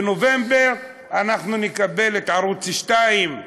בנובמבר אנחנו נקבל את ערוץ 2,